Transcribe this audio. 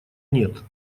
нет